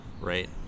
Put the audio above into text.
Right